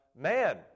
man